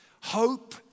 Hope